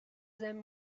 them